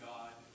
God